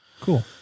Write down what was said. Cool